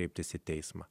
kreiptis į teismą